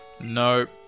Nope